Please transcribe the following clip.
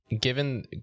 given